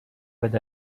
with